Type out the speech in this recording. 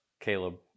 Caleb